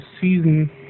season